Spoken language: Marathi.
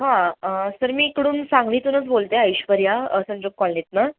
हां सर मी इकडून सांगलीतूनच बोलते ऐश्वर्या संजोग कॉलनीतून